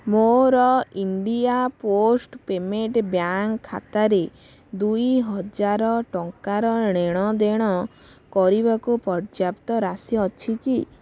ମୋର India post payment bank ଖାତାରେ ଦୁଇ ହଜାର ଟଙ୍କାର ନେଣଦେଣ କରିବାକୁ ପର୍ଯ୍ୟାପ୍ତ ରାଶି ଅଛି କି